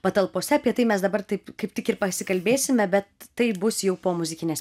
patalpose apie tai mes dabar taip kaip tik ir pasikalbėsime bet taip bus jau po muzikinės